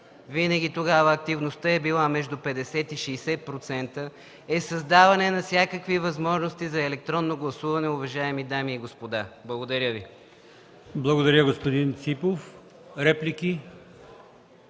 винаги тогава активността е била между 50-60%, е създаване на всякакви възможности за електронно гласуване, уважаеми дами и господа. Благодаря Ви. ПРЕДСЕДАТЕЛ АЛИОСМАН ИМАМОВ: Благодаря, господин Ципов. Реплики?